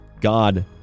God